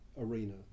arena